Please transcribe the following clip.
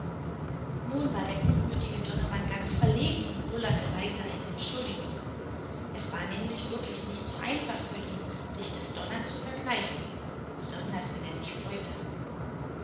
nun war der gutmütige donnermann ganz verlegen und bullerte leise eine entschuldigung es war nämlich wirklich nicht so einfach für ihn sich das donnern zu verkneifen besonders wenn er sich freute